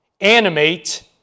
animate